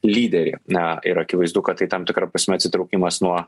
lyderį na ir akivaizdu kad tai tam tikra prasme atsitraukimas nuo